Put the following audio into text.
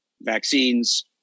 vaccines